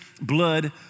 blood